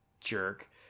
jerk